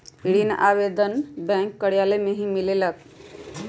ऋण आवेदन बैंक कार्यालय मे ही मिलेला?